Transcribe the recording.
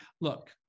look